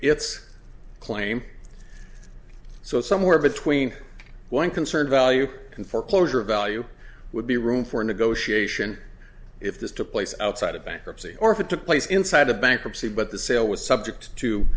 its claim so somewhere between one concern value and foreclosure value would be room for negotiation if this took place outside of bankruptcy or if it took place inside a bankruptcy but the sale was subject to